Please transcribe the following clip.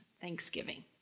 thanksgiving